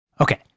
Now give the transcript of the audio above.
Okay